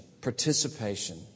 participation